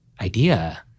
idea